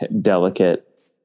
delicate